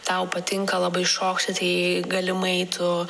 tau patinka labai šokti tai galimai tu